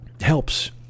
helps